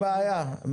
אין שום בעיה,